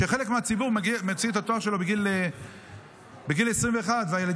כשחלק מהציבור מוציא את התואר שלו בגיל 21 והילדים